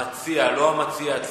לא המציע עצמו,